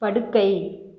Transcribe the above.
படுக்கை